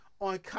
on